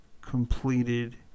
completed